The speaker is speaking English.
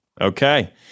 Okay